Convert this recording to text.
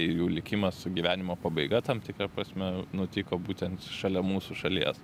jų likimą su gyvenimo pabaiga tam tikra prasme nutiko būtent šalia mūsų šalies